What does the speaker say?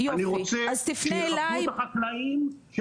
אני רוצה שיכבדו את החקלאים,